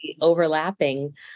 overlapping